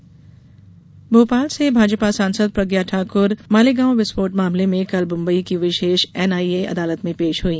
प्रज्ञा अदालत भोपाल से भाजपा सांसद प्रज्ञा ठाकुर मालेगांव विस्फोट मामले में कल मुम्बई की विशेष एनआईए अदालत में पेश हुई